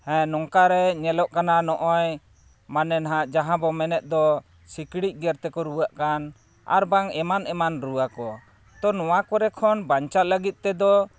ᱦᱮᱸ ᱱᱚᱝᱠᱟᱨᱮ ᱧᱮᱞᱚᱜ ᱠᱟᱱᱟ ᱱᱚᱜᱼᱚᱭ ᱢᱟᱱᱮ ᱱᱟᱦᱟᱸᱜ ᱡᱟᱦᱟᱸᱵᱚᱱ ᱢᱮᱱᱮᱫ ᱫᱚ ᱥᱤᱠᱲᱤᱡ ᱜᱮᱨ ᱛᱮᱠᱚ ᱨᱩᱣᱟᱹᱜ ᱠᱟᱱ ᱟᱨᱵᱟᱝ ᱮᱢᱟᱱ ᱮᱢᱟᱱ ᱨᱩᱣᱟᱹ ᱠᱚ ᱛᱳ ᱱᱚᱣᱟ ᱠᱚᱨᱮ ᱠᱷᱚᱱ ᱵᱟᱧᱪᱟᱜ ᱞᱟᱹᱜᱤᱫ ᱛᱮᱫᱚ